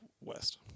West